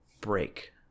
break